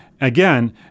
again